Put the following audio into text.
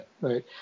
Right